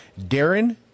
Darren